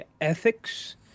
ethics